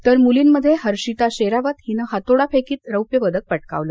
तर मुलींमध्ये हर्षिता शेरावत हिने हातोडा फेकीत रौप्य पदक पटकावलं